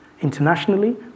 Internationally